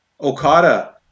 Okada